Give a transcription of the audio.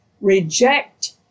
reject